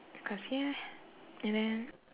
because ya and then